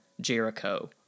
Jericho